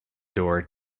door